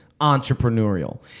entrepreneurial